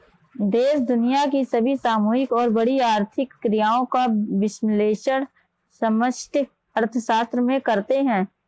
देश दुनिया की सभी सामूहिक और बड़ी आर्थिक क्रियाओं का विश्लेषण समष्टि अर्थशास्त्र में करते हैं